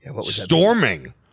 storming